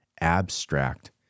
Abstract